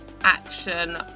action